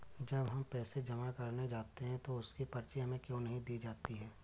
जब हम पैसे जमा करने जाते हैं तो उसकी पर्ची हमें क्यो नहीं दी जाती है?